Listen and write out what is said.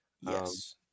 yes